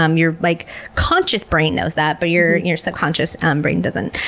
um your like conscious brain knows that, but your your subconscious um brain doesn't.